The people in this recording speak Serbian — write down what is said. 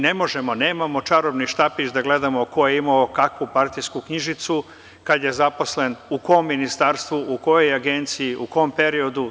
Ne možemo, nemamo čarobni štapić da gledamo ko je imao kakvu partijsku knjižicu, kada je zaposlen, u kom ministarstvu, u kojoj agenciji, u kom periodu.